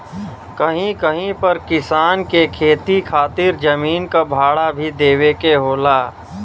कहीं कहीं पर किसान के खेती खातिर जमीन क भाड़ा भी देवे के होला